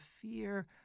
fear